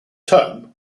term